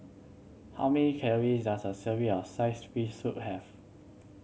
how many calory does a serving of sliced fish soup have